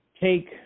take